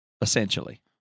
essentially